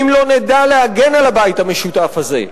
ואם לא נדע להגן על הבית המשותף הזה,